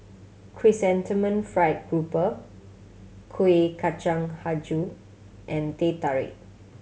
Chrysanthemum Fried Grouper Kuih Kacang Hijau and Teh Tarik